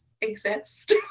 exist